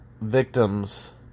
victims